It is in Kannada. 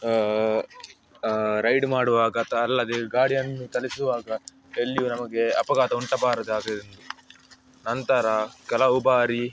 ರೈಡ್ ಮಾಡುವಾಗ ತಾ ಅಲ್ಲದೆ ಗಾಡಿಯನ್ನು ಚಲಿಸುವಾಗ ಎಲ್ಲಿಯೂ ನಮಗೆ ಅಪಘಾತ ಉಂಟ ಬಾರದಾಗಿ ನಂತರ ಕೆಲವು ಬಾರಿ